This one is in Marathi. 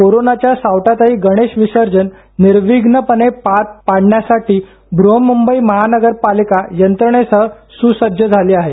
कोरोनाच्या सावटातही गणेश विसर्जन निर्विघ्नपणे पार पाडण्यासाठी ब्रहन्मुंबई महापालिका यंत्रणेसह सुसज्ज झाली आहे